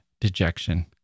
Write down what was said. dejection